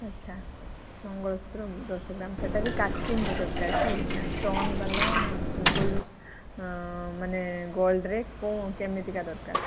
ଆଚ୍ଛା ମଙ୍ଗଳସୂତ୍ର ଦଶ ଗ୍ରାମ ସେଇଟା ବି କାଷ୍ଟିଙ୍ଗର ଦରକାର କି ନା ଷ୍ଟୋନ୍ ୱାଲା ମାନେ ସିମ୍ପଲ୍ ମାନେ ଗୋଲ୍ଡରେ କେମିତିକା ଦରକାର